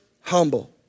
humble